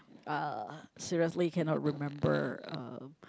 uh seriously cannot remember uh